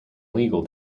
legal